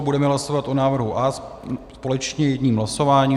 Budeme hlasovat o návrhu A společně jedním hlasováním.